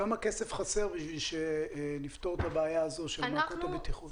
כמה כסף חסר בשביל לפתור את הבעיה של מעקות הבטיחות?